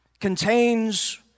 contains